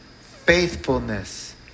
faithfulness